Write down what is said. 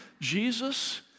Jesus